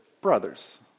brothers